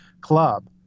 club